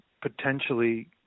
potentially